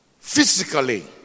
physically